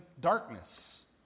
darkness